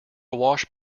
wash